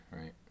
right